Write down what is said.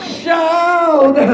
shout